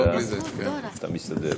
אתה מסתדר?